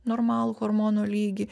normalų hormonų lygį